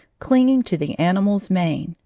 clinging to the animal's mane,